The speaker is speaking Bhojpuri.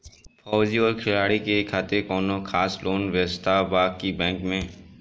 फौजी और खिलाड़ी के खातिर कौनो खास लोन व्यवस्था बा का बैंक में?